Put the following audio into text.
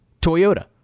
Toyota